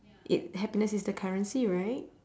it happiness is the currency right